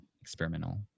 experimental